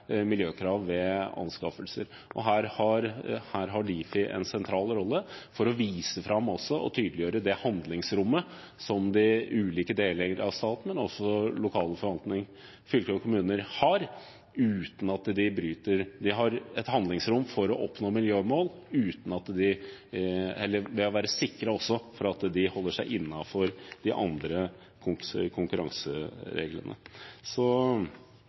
miljøkrav ved anskaffelser. Her har Difi en sentral rolle i å vise fram og tydeliggjøre det handlingsrommet som de ulike deler av staten – men også lokal forvaltning, fylker og kommuner – har uten at man bryter konkurransereglene. De har et handlingsrom for å oppnå miljømål, men må være sikre på at de